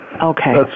Okay